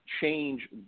change